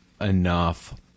enough